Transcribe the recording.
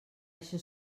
eixe